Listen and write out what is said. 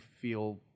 feel